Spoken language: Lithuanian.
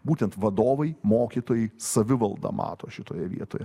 būtent vadovai mokytojai savivalda mato šitoje vietoje